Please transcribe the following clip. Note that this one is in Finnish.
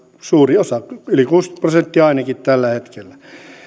suuri osa yli kuusikymmentä prosenttia ainakin tällä hetkellä